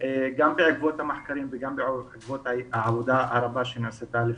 גם בעקבות המחקרים וגם בעקבות העבודה הרבה שנעשתה לפני.